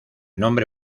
nombre